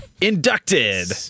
Inducted